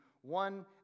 one